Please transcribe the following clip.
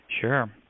Sure